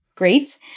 great